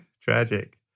Tragic